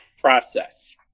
process